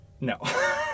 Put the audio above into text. No